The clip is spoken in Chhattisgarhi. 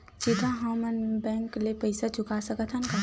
सीधा हम मन बैंक ले पईसा चुका सकत हन का?